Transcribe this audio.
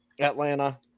Atlanta